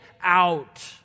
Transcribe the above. out